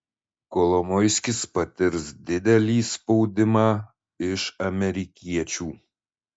kolomoiskis patirs didelį spaudimą iš amerikiečių